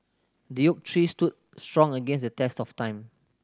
the oak tree stood strong against the test of time